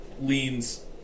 leans